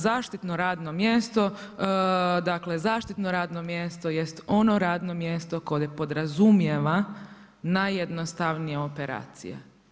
Zaštitno radno mjesto, dakle zaštitno radno mjesto jest ono radno mjesto koje podrazumijeva najjednostavnije operacije.